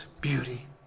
beauty